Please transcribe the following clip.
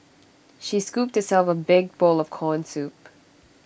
she scooped herself A big bowl of Corn Soup